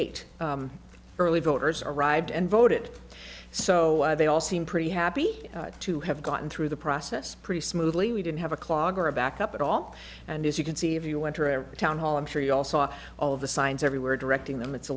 eight early voters arrived and voted so they all seem pretty happy to have gotten through the process pretty smoothly we didn't have a clog or a backup at all and as you can see if you went to a town hall i'm sure you all saw all of the signs everywhere directing them it's a